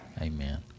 amen